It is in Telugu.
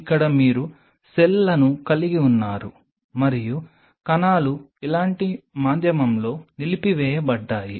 ఇక్కడ మీరు సెల్లను కలిగి ఉన్నారు మరియు కణాలు ఇలాంటి మాధ్యమంలో నిలిపివేయబడ్డాయి